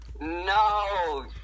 No